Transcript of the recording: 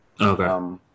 Okay